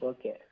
Okay